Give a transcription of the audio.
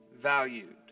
valued